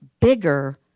bigger